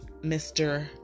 Mr